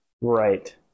Right